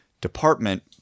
department